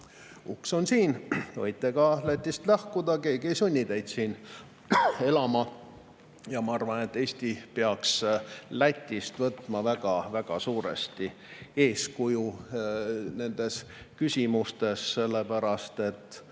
uks on siin, võite ka Lätist lahkuda, keegi ei sunni teid siin elama. Ja ma arvan, et Eesti peaks Lätist võtma väga suuresti eeskuju nendes küsimustes, sellepärast et